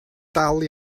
dal